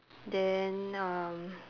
then um